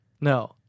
No